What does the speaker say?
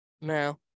now